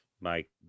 Mike